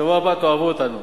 בשבוע הבא תאהבו אותנו.